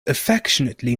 affectionately